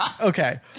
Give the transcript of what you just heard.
Okay